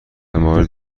مورد